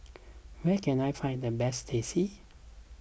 where can I find the best Teh C